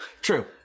true